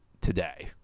today